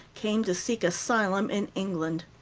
came to seek asylum in england.